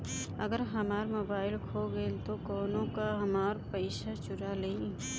अगर हमार मोबइल खो गईल तो कौनो और हमार पइसा चुरा लेइ?